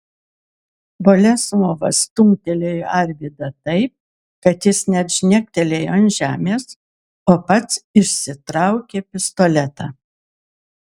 boleslovas stumtelėjo arvydą taip kad jis net žnektelėjo ant žemės o pats išsitraukė pistoletą